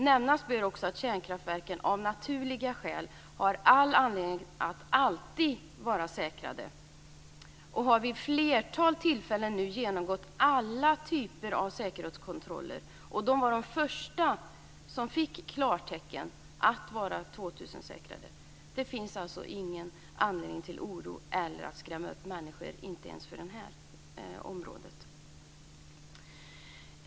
Nämnas bör också att kärnkraftverken, som av naturliga skäl alltid ska vara säkrade, nu vid ett flertal tillfällen har genomgått alla typer av säkerhetskontroller. De var också de första anläggningar som fick klartecken som 2000-säkrade. Det finns alltså ingen anledning till oro eller till att skrämma upp människor, inte ens på det här området.